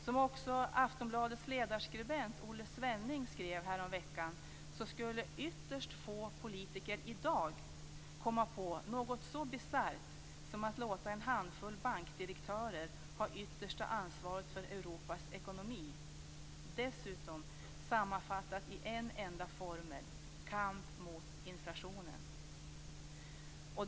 Som också Aftonbladets ledarskribent Olle Svenning skrev häromveckan skulle ytterst få politiker i dag komma på något så bisarrt som att låta en handfull bankdirektörer ha yttersta ansvaret för Europas ekonomi, dessutom sammanfattat i en enda formel: kamp mot inflationen.